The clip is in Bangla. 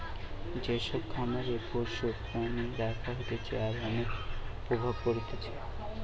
যে সব খামারে পশু প্রাণী রাখা হতিছে তার অনেক প্রভাব পড়তিছে